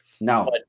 No